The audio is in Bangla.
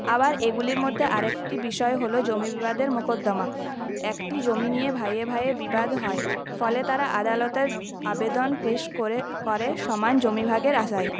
আবার এগুলির মধ্যে আরেকটি বিষয় হল জমি বিবাদের মোকদ্দমা একটি জমি নিয়ে ভাইয়ে ভাইয়ে বিবাদ হয় ফলে তারা আদালতের আবেদন পেশ করে করে সমান জমিভাগের আশায়